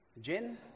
Jen